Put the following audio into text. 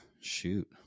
Shoot